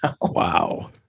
Wow